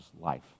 life